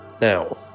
Now